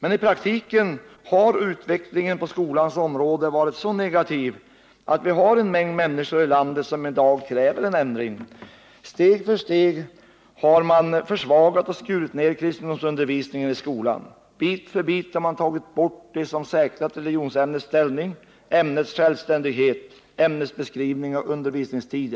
I praktiken har emellertid utvecklingen på skolans område varit så negativ att det är en mängd människor i landet som i dag kräver en ändring. Steg för steg har man försvagat och skurit ned kristendomsundervisningen i skolan. Bit för bit har man tagit bort det som säkrat religionsämnets ställning, ämnets självständighet, ämnesbeskrivning och undervisningstid.